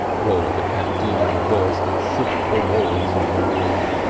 roared the captain in a voice that shook the walls of the room.